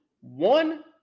one